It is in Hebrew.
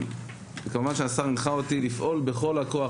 כמובן שהשר הנחה אותי לפעול בכל הכוח